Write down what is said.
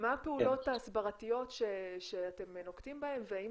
מה הפעולות ההסברתיות שאתם נוקטים בהן והאם